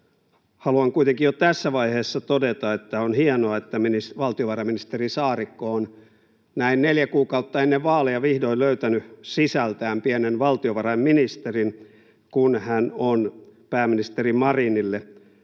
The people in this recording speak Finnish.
Haluan kuitenkin jo tässä vaiheessa todeta, että on hienoa, että valtiovarainministeri Saarikko on näin neljä kuukautta ennen vaaleja vihdoin löytänyt sisältään pienen valtiovarainministerin, kun hän on pääministeri Marinille